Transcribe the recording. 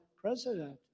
president